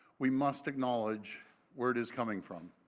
we must acknowledge where it is coming from.